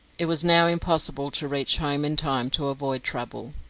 it was now impossible to reach home in time to avoid trouble.